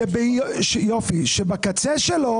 שבקצה שלו